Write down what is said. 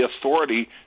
authority